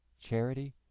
charity